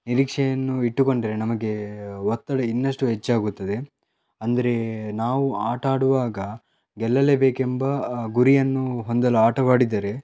ನಿರೀಕ್ಷೆಯನ್ನು ಇಟ್ಟುಕೊಂಡರೆ ನಮಗೆ ಒತ್ತಡ ಇನ್ನಷ್ಟು ಹೆಚ್ಚಾಗುತ್ತದೆ ಅಂದರೆ ನಾವು ಆಟಾಡುವಾಗ ಗೆಲ್ಲಲೇಬೇಕೆಂಬ ಗುರಿಯನ್ನು ಹೊಂದಲು ಆಟವಾಡಿದರೆ